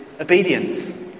obedience